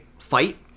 fight